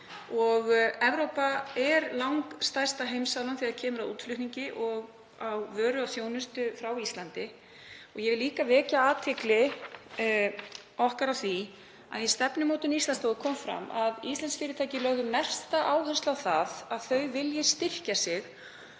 Evrópa er langstærsta heimsálfan þegar kemur að útflutningi á vöru og þjónustu frá Íslandi. Ég vil líka vekja athygli okkar á því að í stefnumótun Íslandsstofu kom fram að íslensk fyrirtæki legðu mesta áherslu á að þau vildu styrkja sig